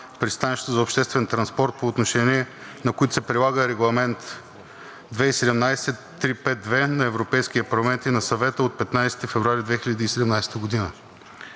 пристанища за обществен транспорт, по отношение на които се прилага Регламент 2017-352 на Европейския парламент и на Съвета от 15 февруари 2017 г.